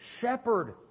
shepherd